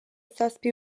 zazpi